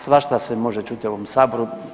Svašta se može čuti u ovom Saboru.